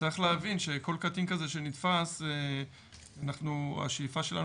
צריך להבין שכל קטין כזה שנתפס - השאיפה שלנו